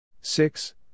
six